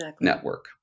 network